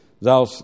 Thou